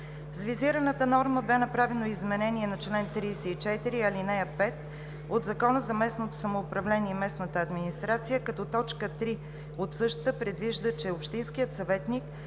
визираната норма бе направено изменение на чл. 34, ал. 5 от Закона за местното самоуправление и местната администрация, като т. 3 от същата предвижда, че общинският съветник